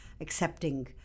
accepting